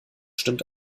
stimmt